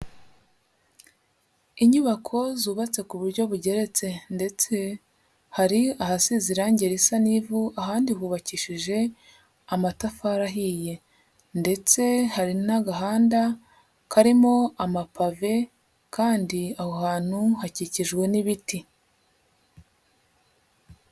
Inyubako zubatse ku buryo bugeretse, ndetse hari ahasize irangi risa n'ivu, ahandi hubakishije amatafari ahiye, ndetse hari n'agahanda karimo amapave, kandi aho hantu hakikijwe n'ibiti.